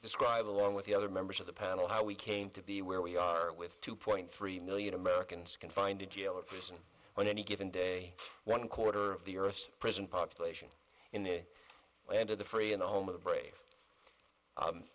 describe along with the other members of the panel how we came to be where we are with two point three million americans confined to jail or prison on any given day one quarter of the earth's prison population in the land of the free and home of the brave